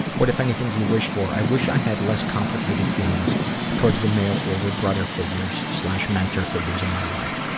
what if anything do you wish for? i wish i had less complicated feelings towards the male older brother figures mentor figures in my life.